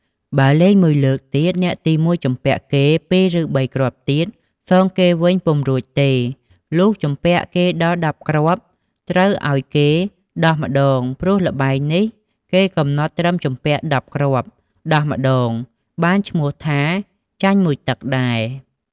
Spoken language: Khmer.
បើលេង ១ លើកទៀត អ្នកទី១ ជំពាក់គេ ២ ឬ ៣ គ្រាប់ទៀត សងគេវិញពុំរួចទេ លុះជំពាក់គេដល់១០ គ្រាប់ត្រូវឲ្យគេដោះម្ដង ព្រោះល្បែងនេះគេកំណត់ត្រឹមជំពាក់ ១០ គ្រាប់ដោះម្តង បានឈ្មោះថាចាញ់ ១ ទឹកដែរ។